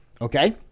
Okay